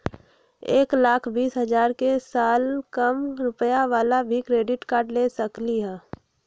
एक लाख बीस हजार के साल कम रुपयावाला भी क्रेडिट कार्ड ले सकली ह?